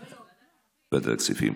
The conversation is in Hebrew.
לא, ועדת הכספים.